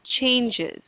changes